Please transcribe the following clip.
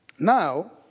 Now